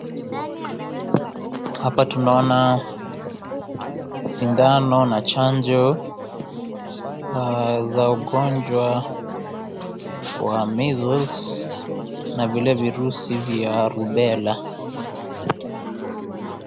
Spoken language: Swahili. Hapa tunaona sindano na chanjo za ugonjwa wa measles na vile virusi vywa rubella.